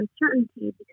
uncertainty